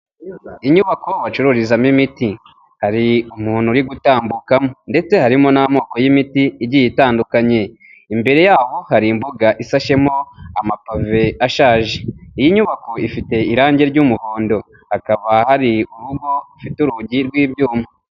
Inyubako bacururizamo imiti, hari umuntu uri gutambukamo ndetse harimo n'amoko y'imiti igiye itandukanye. Imbere yaho hari imbuga isashemo amapave ashaje. Iyi nyubako ifite irangi ry'umuhondo, hakaba hari urugo rufite urugi rw'ibyuma.